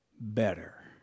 better